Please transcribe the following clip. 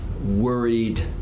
worried